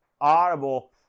audible